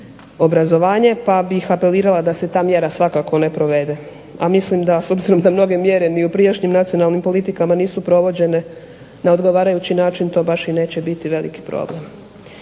obrazovanje. Pa bih apelirala da se ta mjera svakako ne provede, a mislim da s obzirom da mnoge mjere ni u prijašnjim nacionalnim politikama nisu provođene na odgovarajući način to baš i neće biti veliki problem.